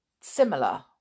similar